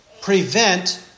prevent